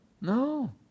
No